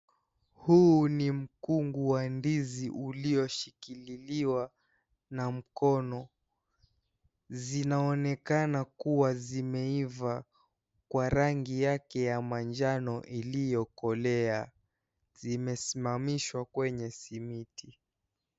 Huu ni mkungu wa ndizi ulioshikiliwa na mkono zinaonekana kuwa zimeiva kwa rangi yake ya manjano iliyokolea, zimesimamishwa kwenye simiti.